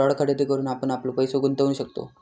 bond खरेदी करून आपण आपलो पैसो गुंतवु शकतव